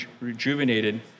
rejuvenated